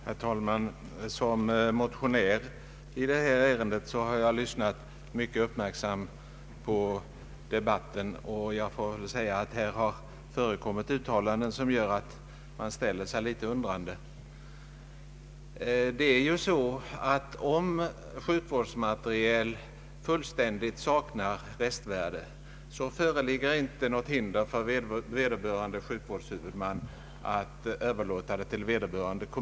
Herr talman! Som motionär i detta ärende har jag lyssnat mycket uppmärksamt till debatten, och nog har det förekommit uttalanden som gör att man ställer sig litet undrande. Det är så för närvarande att om sjukvårdsmateriel fullständigt saknar restvärde föreligger inte något hinder för vederbörande sjukvårdshuvudman att överlåta den till ett u-land.